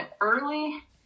early